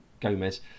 Gomez